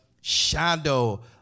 shadow